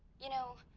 you know,